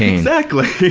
exactly.